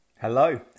Hello